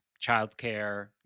childcare